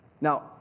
Now